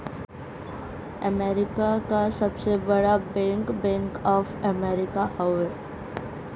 America क सबसे बड़ा बैंक बैंक ऑफ अमेरिका हौ